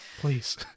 Please